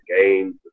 games